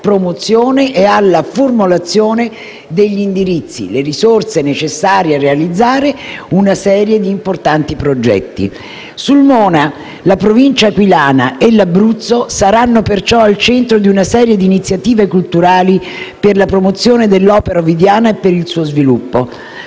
promozione e alla formulazione degli indirizzi, nonché le risorse necessarie a realizzare una serie di importanti progetti. Sulmona, la provincia aquilana e l'Abruzzo saranno perciò al centro di una serie di iniziative culturali per la promozione dell'opera ovidiana e per il suo sviluppo.